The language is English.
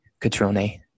Catrone